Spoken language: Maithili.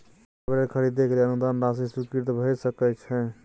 रोटावेटर खरीदे के लिए अनुदान राशि स्वीकृत भ सकय छैय?